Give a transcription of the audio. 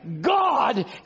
God